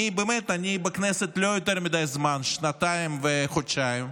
אני בכנסת לא יותר מדי זמן, שנתיים וחודשיים.